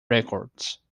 records